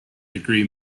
degree